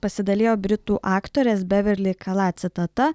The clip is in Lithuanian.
pasidalijo britų aktorės beverli kalat citata